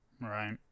Right